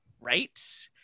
Right